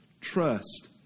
trust